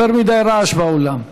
יותר מדי רעש באולם.